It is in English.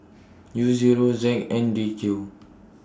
U Zero Z N D Q